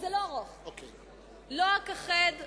לא אכחד,